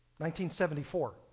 1974